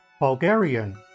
Bulgarian